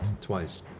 twice